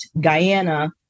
Guyana